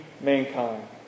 mankind